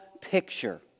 picture